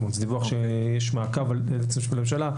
זה דיווח שיש עליו מעקב על ידי היועץ המשפטי לממשלה.